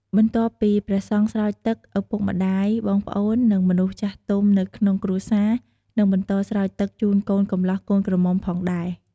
បន្ទាប់ពីព្រះសង្ឃស្រោចទឹក ឪពុកម្តាយ បងប្អូន និងមនុស្សចាស់ទុំនៅក្នុងគ្រួសារ នឹងបន្តស្រោចទឹកជូនកូនកំលោះកូនក្រមុំផងដែរ។